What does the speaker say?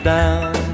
down